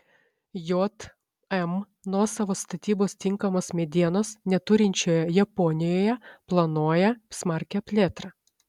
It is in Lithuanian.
jm nuosavos statybos tinkamos medienos neturinčioje japonijoje planuoja smarkią plėtrą